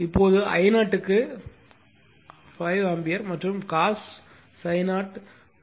இப்போது I0 க்கு 5 ampere மற்றும் cos ∅ 0 0